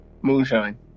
Moonshine